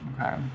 Okay